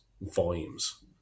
volumes